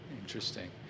Interesting